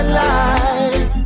life